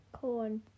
Corn